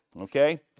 okay